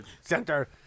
Center